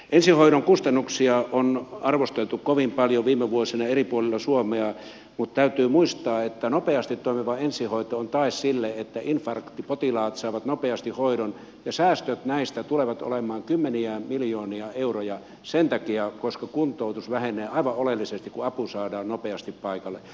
ensihoidon kustannuksia on arvosteltu kovin paljon viime vuosina eri puolilla suomea mutta täytyy muistaa että nopeasti toimiva ensihoito on tae sille että infarktipotilaat saavat nopeasti hoidon ja säästöt näistä tulevat olemaan kymmeniä miljoonia euroja sen takia koska kuntoutus vähenee aivan oleellisesti kun apu saadaan nopeasti paikalle